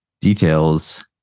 details